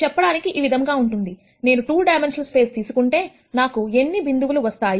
చెప్పడానికి ఈ విధంగా ఉంటుంది నేను 2 డైమెన్షనల్ స్పేస్ తీసుకుంటే నాకు ఎన్ని బిందువులు వస్తాయి